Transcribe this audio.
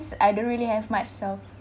cause I don't really have much self